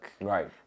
Right